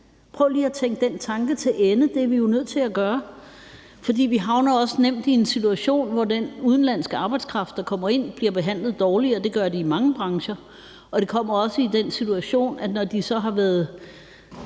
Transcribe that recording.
Prøv lige at tænke den tanke til ende. Det er vi jo nødt til at gøre, for vi havner også nemt i en situation, hvor den udenlandske arbejdskraft, der kommer ind, bliver behandlet dårligere – det gør de i mange brancher – og det kommer også til den situation, at når de så har været